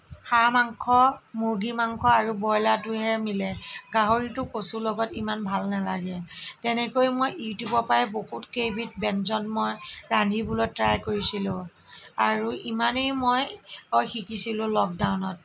হাঁহ মাংস মুৰ্গী মাংস আৰু ব্ৰইলাৰটোহে মিলে গাহৰিটো কচুৰ লগত ইমান ভাল নেলাগে তেনেকৈ মই ইউটিউবৰ পৰাই মই বহুত কেইবিধ ব্যঞ্জন মই ৰান্ধিবলৈ ট্ৰাই কৰিছিলোঁ আৰু ইমানেই মই শিকিছিলোঁ লকডাউনত